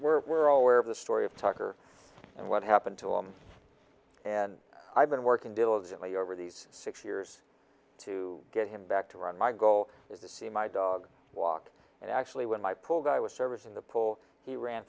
we're we're all aware of the story of tucker and what happened to him and i've been working diligently over these six years to get him back to run my goal was to see my dog walk and actually when i pulled i was service in the pool he ran